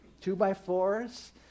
two-by-fours